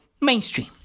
Mainstream